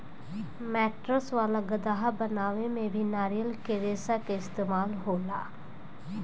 mattress वाला गद्दा बनावे में भी नारियल के रेशा के इस्तेमाल होला